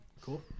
cool